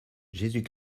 jésus